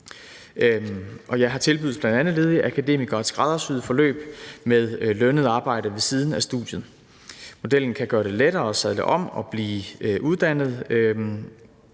Her tilbydes bl.a. ledige akademikere et skræddersyet forløb med lønnet arbejde ved siden af studiet. Modellen kan gøre det lettere at sadle om og blive uddannet